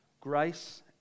Grace